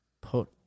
put